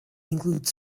include